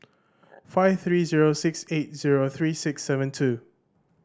five three zero six eight zero three six seven two